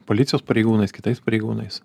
policijos pareigūnais kitais pareigūnais